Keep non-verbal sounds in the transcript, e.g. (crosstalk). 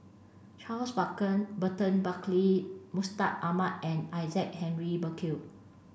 Charles (unintelligible) Burton Buckley Mustaq Ahmad and Isaac Henry Burkill